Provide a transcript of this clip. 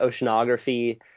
oceanography